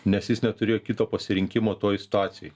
nes jis neturėjo kito pasirinkimo toj situacijoj